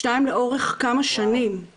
שתי פניות לאורך כמה שנים.